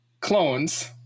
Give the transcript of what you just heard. clones